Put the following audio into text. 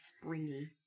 springy